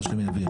שמות.